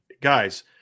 guys